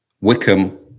Wickham